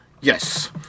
Yes